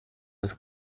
das